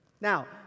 Now